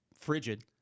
Frigid